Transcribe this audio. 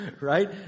Right